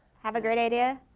have a great idea,